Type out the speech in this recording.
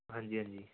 ਹਾਂਜੀ ਹਾਂਜੀ